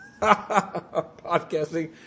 Podcasting